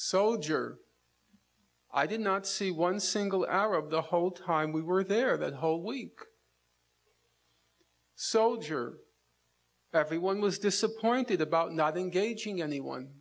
soldier i did not see one single arab the whole time we were there the whole week soldier everyone was disappointed about not engaging anyone